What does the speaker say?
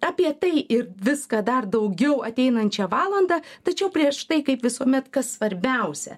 apie tai ir viską dar daugiau ateinančią valandą tačiau prieš tai kaip visuomet kas svarbiausia